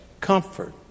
comfort